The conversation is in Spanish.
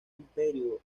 imperio